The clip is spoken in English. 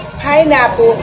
pineapple